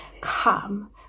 come